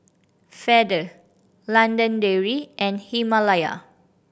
Feather London Dairy and Himalaya